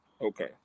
Okay